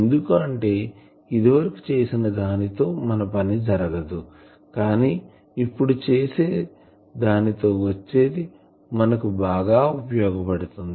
ఎందుకు అంటే ఇది వరకు చేసిన దాని తో మన పని జరగదు కానీ ఇప్పుడు చేసే దానితో వచ్చేది మనకు బాగా ఉపయోగ పడుతుంది